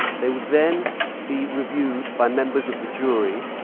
they would then be reviewed by members of the jury,